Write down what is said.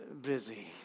busy